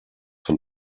von